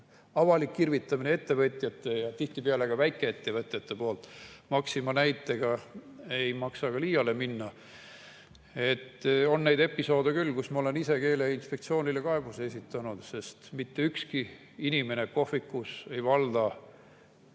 avalik irvitamine ettevõtjate ja tihtipeale ka väikeettevõtjate poolt. Maxima näitega ei maksa ka liiale minna. On neid episoode olnud küll, kus ma olen ise keeleinspektsioonile kaebuse esitanud, sest mitte ükski inimene kohvikus ei valda